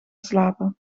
slapen